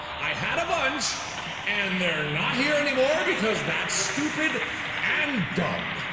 i had a bunch and they're not here anymore because that stupid and dumb